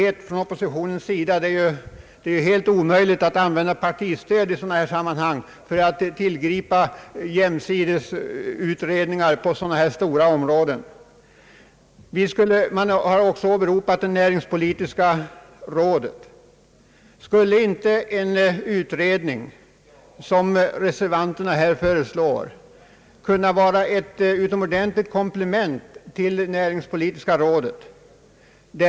Det är på oppositionens sida helt omöjligt att använda partistöd i dessa sammanhang för att göra några parallellutredningar. Man har också åberopat det näringspolitiska rådet. Skulle inte en sådan utredning som reservanterna föreslår kunna vara ett komplement till det näringspolitiska rådet?